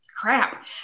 crap